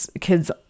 kids